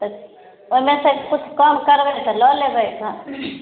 तऽ ओनाहिते कुछ कम करबै तऽ लऽ लेबै